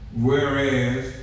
whereas